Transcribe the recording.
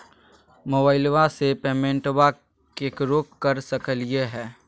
मोबाइलबा से पेमेंटबा केकरो कर सकलिए है?